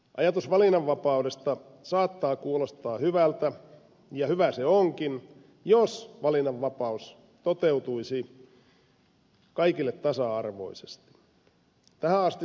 ajatus valinnanvapaudesta saattaa kuulostaa hyvältä ja hyvä se onkin jos valinnanvapaus toteutuisi kaikille tasa arvoisesti